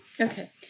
Okay